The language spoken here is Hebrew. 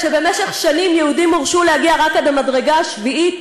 כשבמשך שנים יהודים הורשו להגיע רק עד המדרגה השביעית,